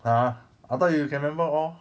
!huh! I thought you can remember all